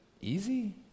easy